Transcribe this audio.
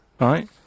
right